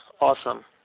awesome